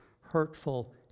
hurtful